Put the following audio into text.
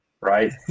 right